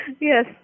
yes